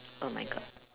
oh my god